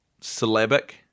Syllabic